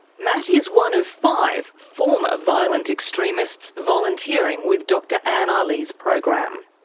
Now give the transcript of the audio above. matt is one of five former violent extremists volunteering with dr anne aly's program.